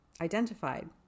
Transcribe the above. identified